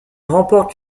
remporte